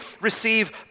receive